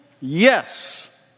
Yes